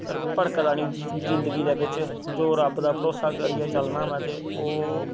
भड़कदा नी जिंदगी दे बेिच जो रब्ब दा भरोसा करियै चलना होवे ते ओह्